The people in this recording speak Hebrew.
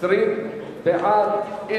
מס' 27), התש"ע 2010, נתקבל.